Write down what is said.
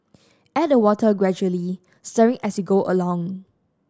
add the water gradually stirring as you go along